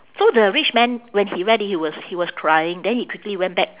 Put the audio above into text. so the rich man when he read it he was he was crying then he quickly went back